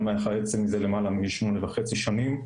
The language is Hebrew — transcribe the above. מח העצם מזה למעלה משמונה שנים וחצי.